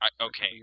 Okay